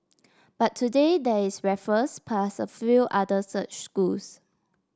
but today there is Raffles plus a few other such schools